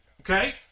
Okay